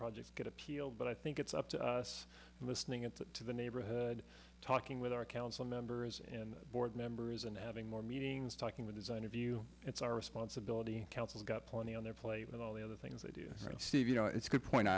projects get appealed but i think it's up to us listening to the neighborhood talking with our council members and board members and having more meetings talking with designer view it's our responsibility councils got plenty on their plate with all the other things i do steve you know it's a good point